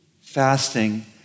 fasting